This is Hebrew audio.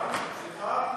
חיפה והקריות.